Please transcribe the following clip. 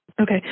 Okay